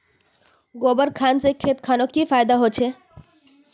गोबर खान से खेत खानोक की फायदा होछै?